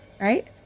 Right